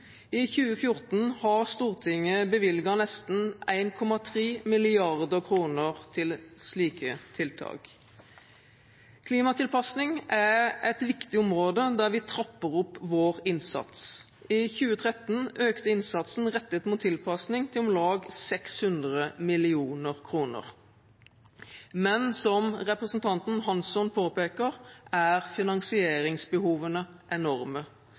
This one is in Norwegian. I 2014 har Stortinget bevilget nesten 1,3 mrd. kr til slike tiltak. Klimatilpasning er et viktig område der vi trapper opp vår innsats. I 2013 økte innsatsen rettet mot tilpasning til om lag 600 mill. kr. Men som representanten Hansson påpeker, er finansieringsbehovene enorme.